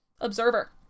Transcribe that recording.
Observer